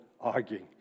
arguing